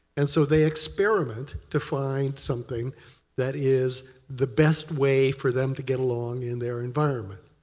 and so they experiment to find something that is the best way for them to get along in their environment.